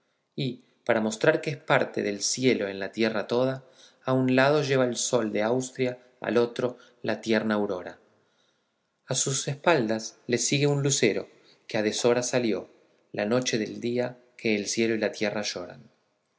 y para mostrar que es parte del cielo en la tierra toda a un lado lleva el sol de austria al otro la tierna aurora a sus espaldas le sigue un lucero que a deshora salió la noche del día que el cielo y la tierra lloran